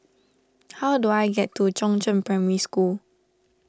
how do I get to Chongzheng Primary School